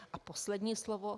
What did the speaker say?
A poslední slovo.